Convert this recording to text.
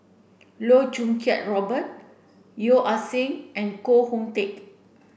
Loh Choo Kiat Robert Yeo Ah Seng and Koh Hoon Teck